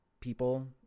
people